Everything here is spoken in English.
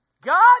God